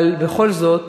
בכל זאת